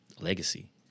legacy